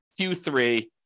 Q3